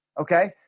okay